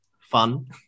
fun